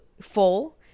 full